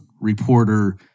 reporter